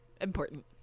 Important